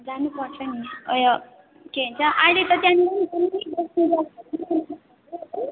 जानुपर्छ नि ऊ यो के भन्छ अहिले त त्यहाँनिर